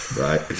Right